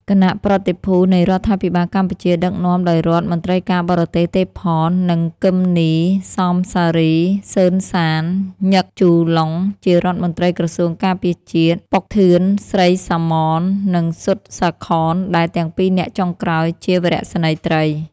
គណៈប្រតិភូនៃរដ្ឋាភិបាលកម្ពុជាដឹកនាំដោយរដ្ឋ មន្ត្រីការបទេសទេពផន និង គឹមនី សម សារី សឺន សាន ញឹក ជូឡុងជារដ្ឋមន្ត្រីក្រសួងការពារជាតិ ប៉ុក ធឿន ស្រី សាម៉ន និងស៊ុត សាខន ដែលទាំងពីរនាក់ចុងក្រោយ ជាវរសេនីយត្រី។